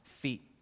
feet